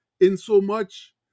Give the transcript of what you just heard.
insomuch